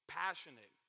passionate